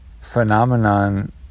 phenomenon